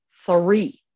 three